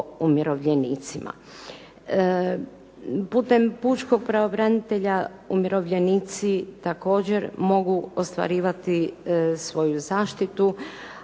umirovljenicima. Putem pučkog pravobranitelja umirovljenici također mogu ostvarivati svoju zaštitu